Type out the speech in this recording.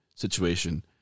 Situation